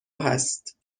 هست